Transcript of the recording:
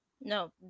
No